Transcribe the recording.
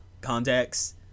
context